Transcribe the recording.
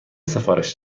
سفارش